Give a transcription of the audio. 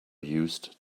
used